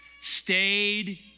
stayed